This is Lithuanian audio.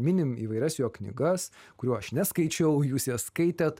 minim įvairias jo knygas kurių aš neskaičiau jūs jas skaitėt